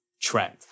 trend